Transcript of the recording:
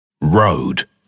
Road